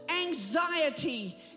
anxiety